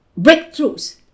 breakthroughs